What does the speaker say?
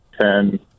ten